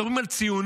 מדברים על ציונות?